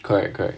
correct correct